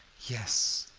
yes,